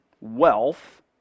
wealth